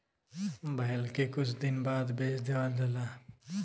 बैल के कुछ दिन बाद बेच देवल जाला